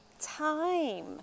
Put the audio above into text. time